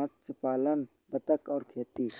मत्स्य पालन बतख और खेती